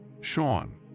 Sean